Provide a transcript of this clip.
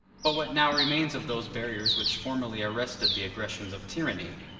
but what now remains of those barriers which formerly arrested the aggressions of tyranny?